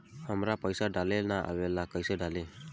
हमरा पईसा डाले ना आवेला कइसे डाली?